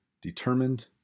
determined